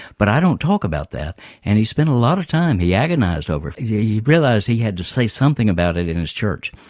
but i don't talk about that and he spent a lot of time. he agonised over it. yeah he realised he had to say something about it in his church.